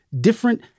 different